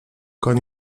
koń